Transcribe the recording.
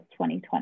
2020